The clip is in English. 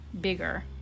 bigger